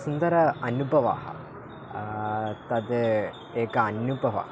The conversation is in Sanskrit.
सुन्दरः अनुभवः तद् एकः अनुभवः